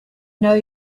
know